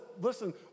listen